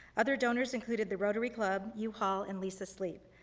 other donors included the rotary club, u haul, and lisa sleep.